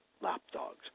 lapdogs